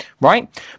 Right